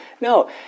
No